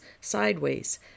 sideways